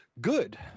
Good